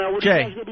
Jay